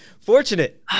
fortunate